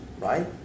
right